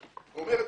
אומרת: